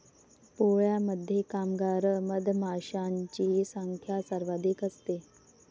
पोळ्यामध्ये कामगार मधमाशांची संख्या सर्वाधिक असते